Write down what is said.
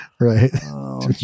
right